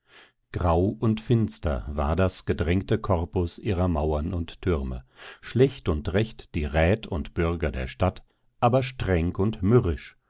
grau und finster war das gedrängte korpus ihrer mauern und türme schlecht und recht die rät und bürger der stadt aber streng und mürrisch